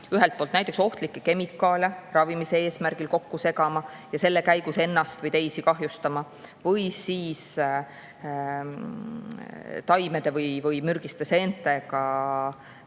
kasutama], näiteks ohtlikke kemikaale ravimise eesmärgil kokku segama ja sel moel ennast või teisi kahjustama või siis taimede või mürgiste seente manustamisega